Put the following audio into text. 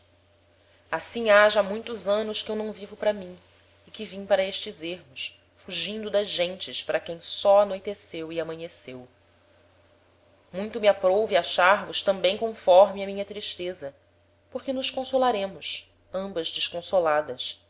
assim ha já muitos anos que eu não vivo para mim e que vim para estes ermos fugindo das gentes para quem só anoiteceu e amanheceu muito me aprouve achar vos tambem conforme á minha tristeza porque nos consolaremos ambas desconsoladas